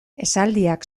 esaldiak